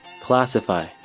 classify